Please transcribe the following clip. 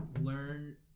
learn